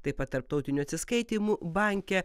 taip pat tarptautinių atsiskaitymų banke